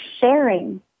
sharing